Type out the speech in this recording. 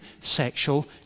sexual